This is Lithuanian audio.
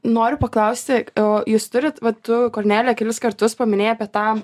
noriu paklausti o jūs turit va tu kornelija kelis kartus paminėjai apie tą